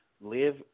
Live